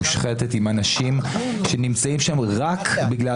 מושחתת עם אנשים שנמצאים שם רק בגלל